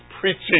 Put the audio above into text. preaching